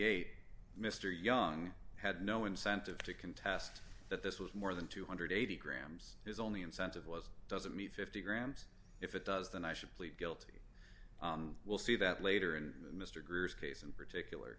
eight mr young had no incentive to contest that this was more than two hundred and eighty grams is only incentive was does it mean fifty grams if it does then i should plead guilty we'll see that later in mr groos case in particular